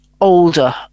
older